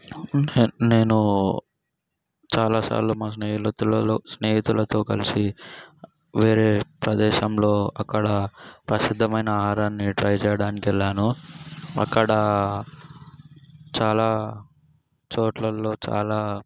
అవును సార్ నేను చాలాసార్లు మా స్నేహితులలో స్నేహితులతో కలిసి వేరే ప్రదేశంలో అక్కడ ప్రసిద్ధమైన ఆహారాన్ని ట్రై చేయడానికి వెళ్ళాను అక్కడ చాలా చోట్లలో చాలా